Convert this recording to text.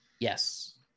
Yes